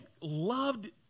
loved